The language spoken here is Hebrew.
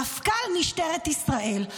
מפכ"ל משטרת ישראל,